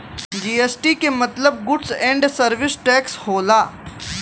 GST के मतलब goods and service tax होला